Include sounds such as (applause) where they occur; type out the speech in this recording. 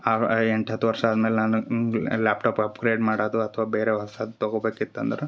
ಆ ಎಂಟು ಹತ್ತು ವರ್ಷ ಅದ್ಮೇಲೆ ನಾನು (unintelligible) ಲ್ಯಾಪ್ಟಾಪ ಅಪ್ಗ್ರೇಡ್ ಮಾಡದು ಅಥ್ವ ಬೇರೆ ಹೊಸದು ತಗೊಬೇಕಿತ್ತು ಅಂದ್ರ